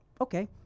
okay